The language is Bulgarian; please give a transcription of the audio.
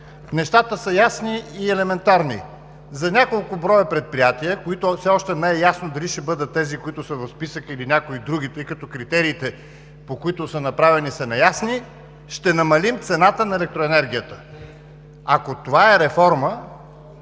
нещата са ясни и елементарни – за няколко броя предприятия, които все още не е ясно дали ще бъдат тези, които са в списъка, или някои други, тъй като критериите, по които са направени, са неясни, ще намалим цената на електроенергията. Ако това е реформа